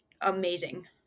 amazing